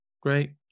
Great